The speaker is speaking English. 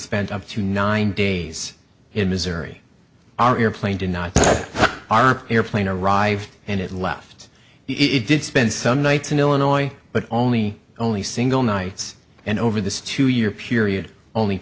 spend up to nine days in missouri our airplane did not our airplane arrived and it left it did spend some nights in illinois but only only single nights and over this two year period only